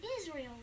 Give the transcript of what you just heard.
Israel